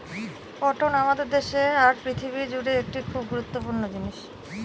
cotton আমাদের দেশে আর পৃথিবী জুড়ে একটি খুব গুরুত্বপূর্ণ জিনিস